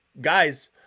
guys